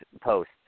post